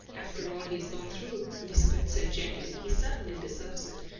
after all he has gone through, elizabeth said gently, he certainly deserves it.